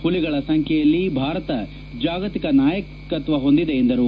ಹುಲಿಗಳ ಸಂಖ್ಯೆಯಲ್ಲಿ ಭಾರತ ಜಾಗತಿಕ ನಾಯಕತ್ನ ಹೊಂದಿದೆ ಎಂದರು